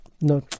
no